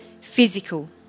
physical